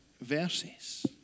verses